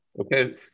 Okay